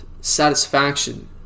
satisfaction